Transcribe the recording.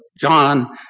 John